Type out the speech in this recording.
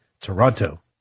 Toronto